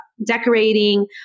decorating